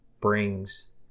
brings